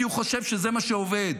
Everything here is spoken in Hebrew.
כי הוא חושב שזה מה שעובד.